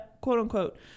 quote-unquote